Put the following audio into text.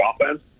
offense